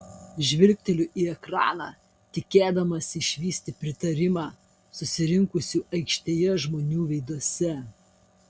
žvilgteliu į ekraną tikėdamasi išvysti pritarimą susirinkusių aikštėje žmonių veiduose